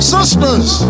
Sisters